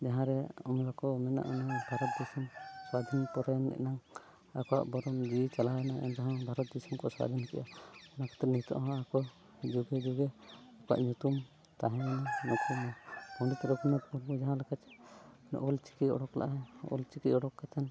ᱡᱟᱦᱟᱸ ᱨᱮ ᱚᱱᱟ ᱠᱚ ᱢᱮᱱᱟᱜᱼᱟ ᱵᱷᱟᱨᱚᱛ ᱫᱤᱥᱚᱢ ᱥᱟᱹᱫᱷᱤᱱ ᱯᱚᱨᱮ ᱮᱱᱟᱝ ᱟᱠᱚᱣᱟᱜ ᱵᱚᱨᱚᱝ ᱡᱤᱣᱤ ᱪᱟᱞᱟᱣᱮᱱᱟ ᱮᱱ ᱨᱮᱦᱚᱸ ᱵᱷᱟᱨᱚᱛ ᱫᱤᱥᱚᱢ ᱠᱚ ᱥᱟᱹᱫᱷᱤᱱ ᱠᱮᱜᱼᱟ ᱚᱱᱟ ᱠᱷᱟᱹᱛᱤᱨ ᱱᱤᱛᱚᱜ ᱦᱚᱸ ᱟᱠᱚ ᱡᱩᱜᱮ ᱡᱩᱜᱮ ᱟᱠᱚᱣᱟᱜ ᱧᱩᱛᱩᱢ ᱛᱟᱦᱮᱸᱭᱮᱱᱟ ᱱᱩᱠᱩ ᱯᱚᱱᱰᱤᱛ ᱨᱚᱜᱷᱩᱱᱟᱛᱷ ᱢᱩᱨᱢᱩ ᱡᱟᱦᱟᱸ ᱞᱮᱠᱟ ᱢᱟᱱᱮ ᱚᱞᱪᱤᱠᱤ ᱩᱰᱩᱠ ᱞᱮᱜᱼᱟᱭ ᱚᱞᱪᱤᱠᱤ ᱩᱰᱩᱠ ᱠᱟᱛᱮᱫ